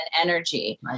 energy